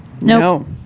No